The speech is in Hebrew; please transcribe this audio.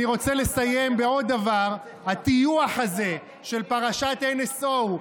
אני רוצה לסיים בעוד דבר: הטיוח הזה של פרשת NSO,